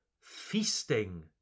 feasting